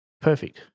perfect